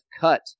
cut